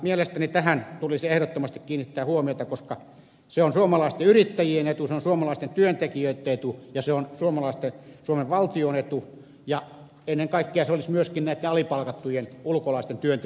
mielestäni tähän tulisi ehdottomasti kiinnittää huomiota koska se on suomalaisten yrittäjien etu se on suomalaisten työntekijöitten etu ja se on suomen valtion etu ja ennen kaikkea se olisi myöskin näitten alipalkattujen ulkolaisten työntekijöitten etu